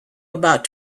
about